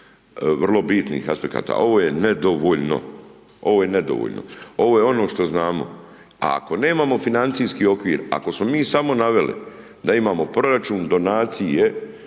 vrlo bitnih aspekata, ovo je nedovoljno. Ovo je ono što znamo, a ako nemamo financijski okvir, ako smo mi samo naveli da imamo proračun, donacije